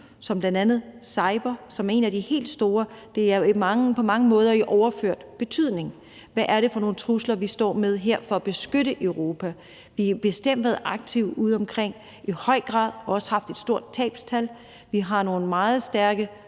som bl.a. cybertruslen, som er en af de helt store. Det er på mange måder i overført betydning. Hvad er det for nogle trusler, vi står med her, når vi skal beskytte Europa? Vi har bestemt været aktive udeomkring, i høj grad også haft et stort tabstal. Vi har nogle meget stærke